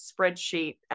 spreadsheet